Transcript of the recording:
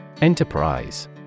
Enterprise